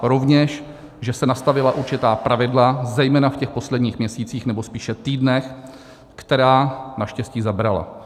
Rovněž že se nastavila určitá pravidla, zejména v posledních měsících nebo spíše týdnech, která naštěstí zabrala.